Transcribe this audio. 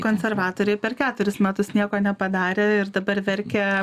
konservatoriai per ketverius metus nieko nepadarė ir dabar verkia